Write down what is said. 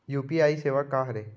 UPI सेवा का हरे?